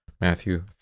Matthew